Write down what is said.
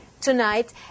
tonight